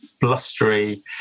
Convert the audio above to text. blustery